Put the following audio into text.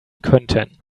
könnten